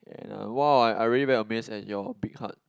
and uh !wow! I I really very amazed at your big heart